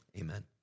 Amen